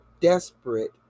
desperate